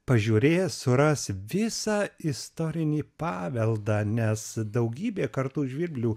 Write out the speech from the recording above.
pažiūrės suras visą istorinį paveldą nes daugybė kartų žvirblių